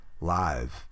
live